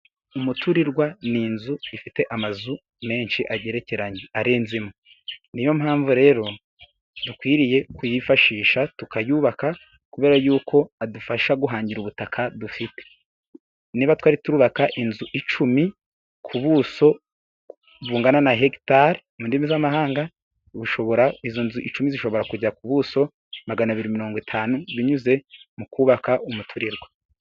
Umuturirwa ni inzu ifite amazu menshi agerekeranye arenze imwe, niyo mpamvu rero dukwiriye kuyifashisha tukayubaka kubera yuko adufasha guhangira ubutaka dufite niba twari turubaka inzu icumi ku buso bungana na hegitari mu ndimi z'amahanga bushobora izo nzu icumi zishobora kujya ku buso magana abiri mirongo itanu binyuze mu kubaka umuturirwa.